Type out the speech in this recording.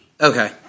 Okay